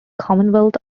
commonwealth